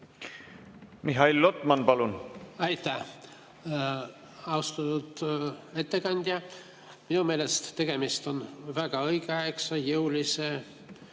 Mihhail Lotman, palun! Aitäh! Austatud ettekandja! Minu meelest on tegemist väga õigeaegse, jõulise